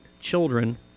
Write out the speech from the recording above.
children